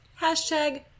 Hashtag